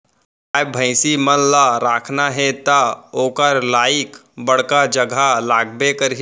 गाय भईंसी मन ल राखना हे त ओकर लाइक बड़का जघा लागबे करही